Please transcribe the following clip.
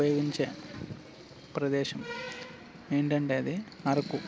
ఉపయోగించే ప్రదేశం ఏంటంటే అది అరకు